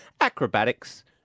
Acrobatics